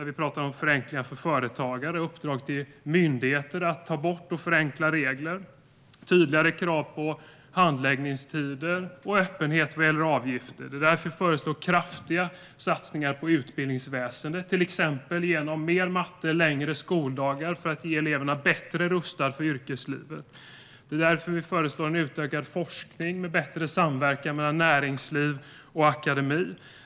Vi pratar om förenklingar för företagare, uppdrag till myndigheter om att ta bort och förenkla regler, tydligare krav på handläggningstider och öppenhet vad gäller avgifter. Det är därför vi föreslår kraftiga satsningar på utbildningsväsendet. Det handlar till exempel om mer matte och längre skoldagar för att man ska göra eleverna bättre rustade för yrkeslivet. Det är därför vi föreslår en utökad forskning med bättre samverkan mellan näringsliv och akademi.